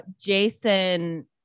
Jason